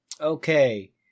Okay